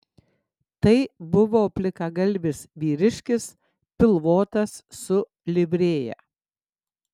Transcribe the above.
tai buvo plikagalvis vyriškis pilvotas su livrėja